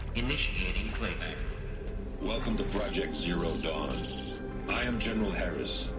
initiating playback welcome to project zero dawn i am general herres.